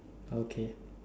okay